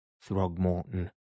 Throgmorton